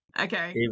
okay